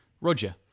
Roger